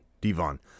Devon